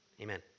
Amen